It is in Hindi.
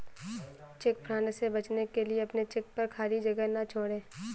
चेक फ्रॉड से बचने के लिए अपने चेक पर खाली जगह ना छोड़ें